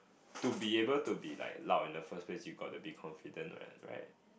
to be able to be like loud in the first place you got to be confident what right